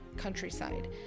countryside